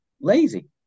lazy